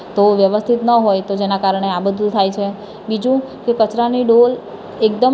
તો વ્યવસ્થિત ન હોય તો જેના કારણે આ બધું થાય છે બીજું કે કચરાની ડોલ એકદમ